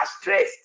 stressed